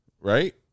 Right